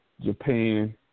Japan